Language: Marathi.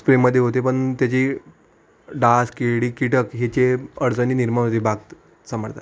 स्प्रेमध्ये होते पण त्याची डास किड कीटक ह्याचे अडचणी निर्माण होते बाग सांभाळतानी